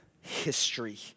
history